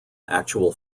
actual